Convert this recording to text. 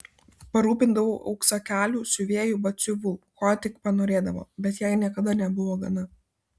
parūpindavau auksakalių siuvėjų batsiuvių ko tik ji panorėdavo bet jai niekada nebuvo gana